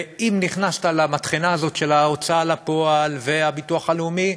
ואם נכנסת למטחנה הזאת של ההוצאה לפועל והביטוח הלאומי,